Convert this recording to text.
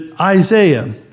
Isaiah